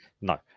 no